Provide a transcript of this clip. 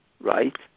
right